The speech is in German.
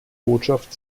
botschaft